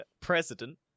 president